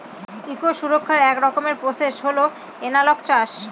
eco সুরক্ষার এক রকমের প্রসেস হল এনালগ চাষ